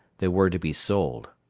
they were to be sold.